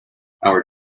our